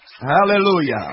Hallelujah